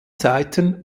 zeiten